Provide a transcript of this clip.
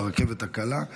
ברכבת הקלה,